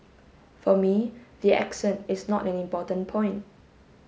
for me the accent is not an important point